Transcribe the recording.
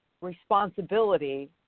responsibility